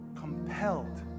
compelled